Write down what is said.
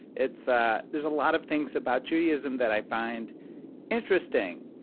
it's ah there's a lot of things about judaism that i find interesting.